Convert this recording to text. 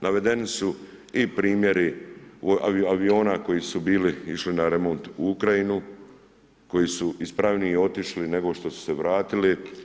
Navedeni su i primjeri aviona koji su bili išli na remont u Ukrajinu koji su ispravniji otišli, nego što su se vratili.